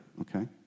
okay